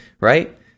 right